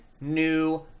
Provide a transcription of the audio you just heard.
new